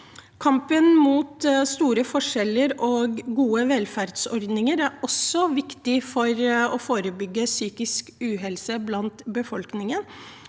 Kampen mot store forskjeller og for gode velferdsordninger er viktig for å forebygge psykisk uhelse blant befolkningen.